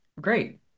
great